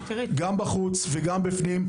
גם בחוץ וגם בפנים.